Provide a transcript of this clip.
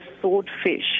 swordfish